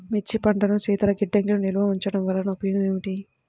మిర్చి పంటను శీతల గిడ్డంగిలో నిల్వ ఉంచటం వలన ఉపయోగం ఏమిటి?